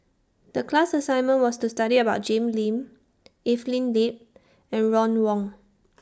The class assignment was to study about Jim Lim Evelyn Lip and Ron Wong